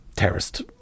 terrorist